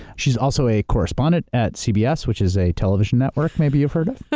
she's also a correspondent at cbs, which is a television network, maybe you've heard of.